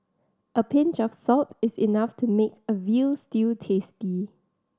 a pinch of salt is enough to make a veal stew tasty